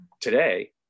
today